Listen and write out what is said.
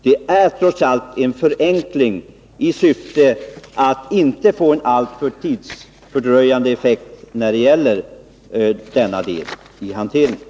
Det är trots allt fråga om en förenkling i syfte att undvika en alltför tidsfördröjande effekt för denna del av hanteringen.